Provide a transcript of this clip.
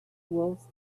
wolves